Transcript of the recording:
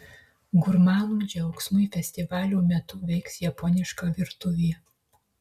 gurmanų džiaugsmui festivalio metu veiks japoniška virtuvė